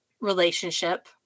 relationship